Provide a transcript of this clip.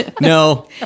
No